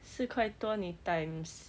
四块多你 times